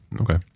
Okay